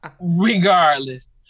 regardless